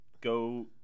go